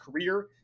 career